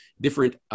different